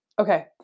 Okay